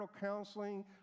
counseling